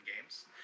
games